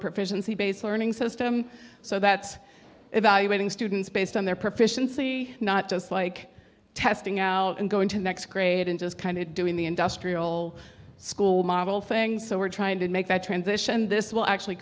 proficiency based learning system so that evaluating students based on their proficiency not just like testing out and go into next grade and just kind of doing the industrial school model thing so we're trying to make that transition this will actually